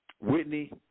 Whitney